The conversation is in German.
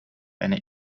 eine